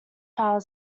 power